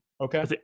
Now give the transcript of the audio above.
Okay